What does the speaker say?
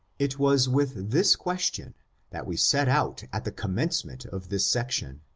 it was with this question that we set out at the com mencement of this section,